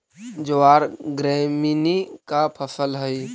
ज्वार ग्रैमीनी का फसल हई